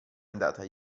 andata